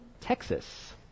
Texas